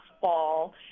fall